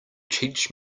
teach